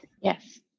Yes